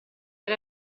per